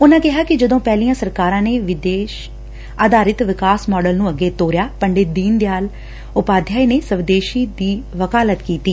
ਉਨੂਂ ਕਿਹਾ ਕਿ ਜਦੋਂ ਪਹਿਲੀਆਂ ਸਰਕਾਰਾ ਨੇ ਵਿਦੇਸ਼ ਆਧਾਰਿਤ ਵਿਕਾਸ ਮਾਡਲ ਨੇ ਅੱਗੇ ਤੋਰਿਆ ਪੰਡਿਤ ਦੀਨ ਦਿਆਲ ਨੇ ਸਵਦੇਸ਼ੀ ਦੀ ਵਕਾਲਤ ਕੀਤੀ